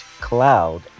cloud